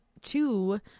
two